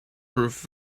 proof